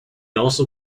also